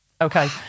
Okay